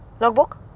Logbook